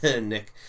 Nick